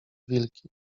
wilki